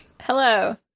Hello